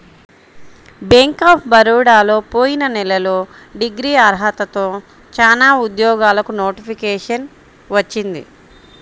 bank of బరోడాలో పోయిన నెలలో డిగ్రీ అర్హతతో చానా ఉద్యోగాలకు నోటిఫికేషన్ వచ్చింది